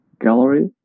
gallery